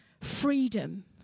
freedom